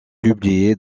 publiés